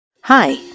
Hi